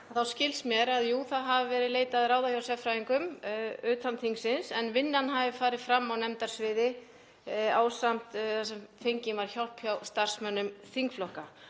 þá skilst mér að jú, það hafi verið leitað ráða hjá sérfræðingum utan þingsins en vinnan hafi farið fram á nefndasviði þar sem fengin var hjálp hjá starfsmönnum þingflokka